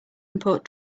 import